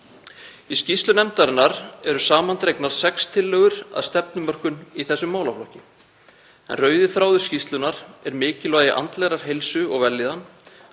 Í skýrslu nefndarinnar eru samandregnar sex tillögur að stefnumörkun í þessum málaflokki en rauði þráður skýrslunnar er mikilvægi andlegrar heilsu og vellíðunar,